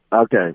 Okay